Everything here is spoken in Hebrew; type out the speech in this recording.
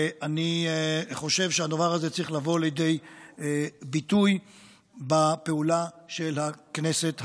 ואני חושב שהדבר הזה צריך לבוא לידי ביטוי בפעולה של הכנסת הזו.